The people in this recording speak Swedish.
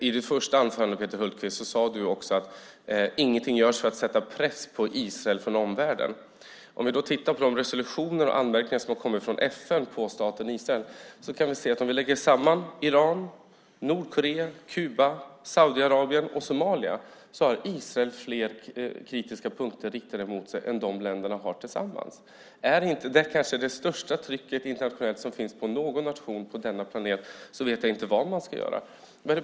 I ditt första anförande, Peter Hultqvist, sade du också att ingenting görs för att sätta press på Israel från omvärlden. Om vi tittar på de resolutioner och anmärkningar som FN har riktat till staten Israel kan vi se att Israel har fler kritiska punkter riktade mot sig än Iran, Nordkorea, Kuba, Saudiarabien och Somalia har tillsammans. Är inte det kanske det största trycket internationellt som finns på någon nation på denna planet så vet inte jag.